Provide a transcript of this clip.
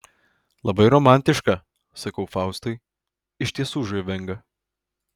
labai romantiška sakau faustui iš tiesų žavinga